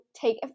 take